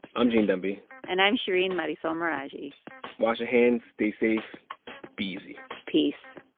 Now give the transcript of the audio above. i'm gene demby and i'm shereen marisol meraji wash your hands. stay safe. be easy peace